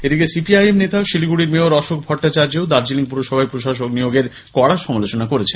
এদিকে সিপিআইএম নেতা শিলিগুড়ির মেয়র অশোক ভট্টাচার্যও দার্জিলিং পুরসভায় প্রশাসক নিয়োগের কড়া সমালোচনা করেছেন